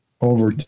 over